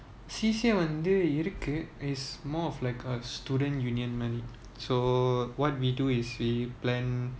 C_C_A வந்துஇருக்கு:vanthu iruku is more of like a student union so what we do is we plan